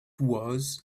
was